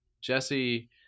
Jesse